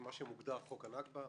מה שמוגדר חוק הנכבה,